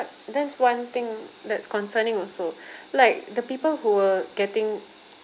that's one thing that's concerning also like the people who were getting